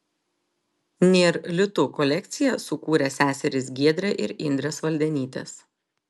nėr litų kolekciją sukūrė seserys giedrė ir indrė svaldenytės